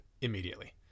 immediately